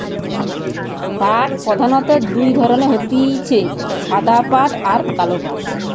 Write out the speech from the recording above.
পাট প্রধানত দুই ধরণের হতিছে সাদা পাট আর কালো পাট